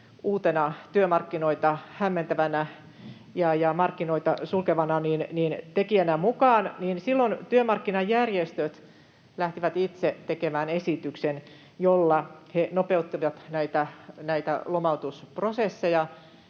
uutena työmarkkinoita hämmentävänä ja markkinoita sulkevana tekijänä mukaan, niin silloin työmarkkinajärjestöt lähtivät itse tekemään esityksen, jolla he nopeuttivat näitä lomautusprosesseja